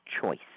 choice